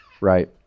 right